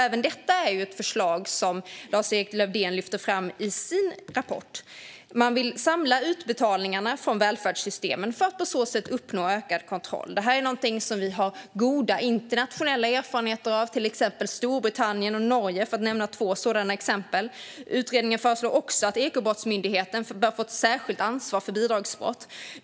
Även detta är ett förslag som Lars-Erik Lövdén lyfter fram i sin rapport. Man vill samla utbetalningarna från välfärdssystemen för att på så sätt uppnå ökad kontroll. Detta är något som det finns goda internationella erfarenheter av, till exempel i Storbritannien och Norge, för att nämna två exempel. Utredningen föreslår också att Ekobrottsmyndigheten får ett särskilt ansvar för bidragsbrott.